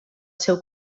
seu